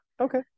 Okay